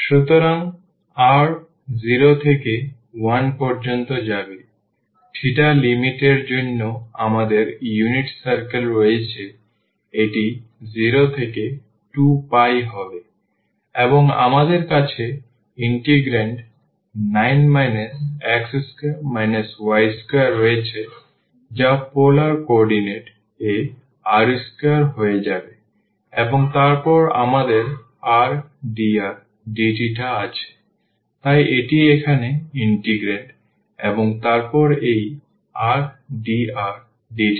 সুতরাং r 0 থেকে 1 পর্যন্ত যাবে θ লিমিট এর জন্য আমাদের ইউনিট circle রয়েছে এটি 0 থেকে 2π হবে এবং আমাদের কাছে ইন্টিগ্রান্ড 9 x2 y2রয়েছে যা পোলার কোঅর্ডিনেট এ r2 হয়ে যাবে এবং তারপর আমাদের r dr dθ আছে তাই এটি এখানে ইন্টিগ্রান্ড এবং তারপর এই r dr dθ